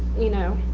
you know,